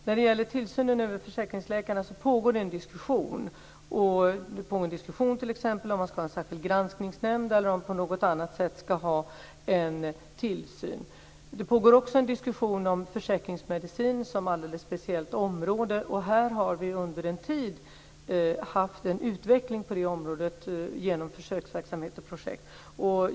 När det gäller tillsynen över försäkringsläkarna så pågår det en diskussion t.ex. om man ska ha en särskild granskningsnämnd eller om man på något annat sätt ska ha en tillsyn. Det pågår också en diskussion om försäkringsmedicin som alldeles speciellt område, och vi har under en tid haft en utveckling på detta område genom försöksverksamhet och projekt.